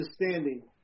understanding